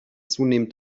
zunehmend